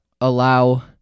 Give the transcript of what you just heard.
allow